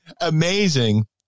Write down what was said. amazing